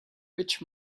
rich